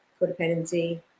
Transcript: codependency